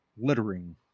littering